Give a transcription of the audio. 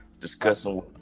discussing